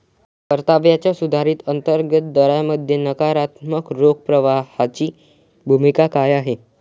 परताव्याच्या सुधारित अंतर्गत दरामध्ये नकारात्मक रोख प्रवाहाची भूमिका काय आहे?